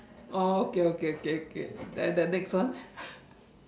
oh okay okay okay okay then the next one